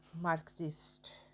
marxist